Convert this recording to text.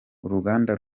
uruganda